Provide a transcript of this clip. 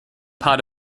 part